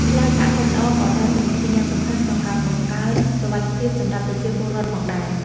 ផ្លូវសហគមន៍ល្អក៏ដើរតួនាទីយ៉ាងសំខាន់ក្នុងការបង្កើនសុវត្ថិភាពសម្រាប់ប្រជាពលរដ្ឋផងដែរ។